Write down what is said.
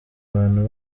abantu